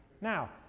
Now